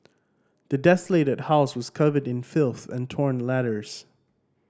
the desolated house was covered in filth and torn letters